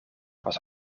was